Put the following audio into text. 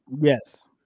Yes